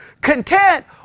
content